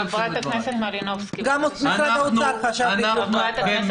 גם משרד האוצר חשב בדיוק כך.